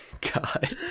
God